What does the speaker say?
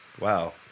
Wow